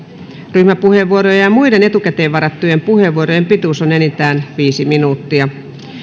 ryhmäpuheenvuorojen ja muiden etukäteen varattujen puheenvuorojen pituus on enintään viisi minuuttia